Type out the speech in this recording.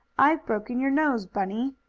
i've broken your nose, bunny!